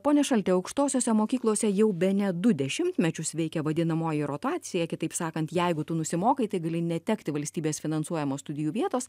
pone šalti aukštosiose mokyklose jau bene du dešimtmečius veikia vadinamoji rotacija kitaip sakant jeigu tu nusimokai tai gali netekti valstybės finansuojamos studijų vietos